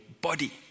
body